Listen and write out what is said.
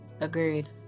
agreed